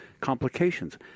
complications